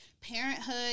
parenthood